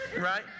right